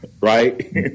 right